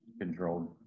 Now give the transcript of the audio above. controlled